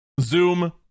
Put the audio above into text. Zoom